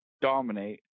dominate